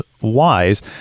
wise